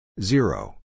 Zero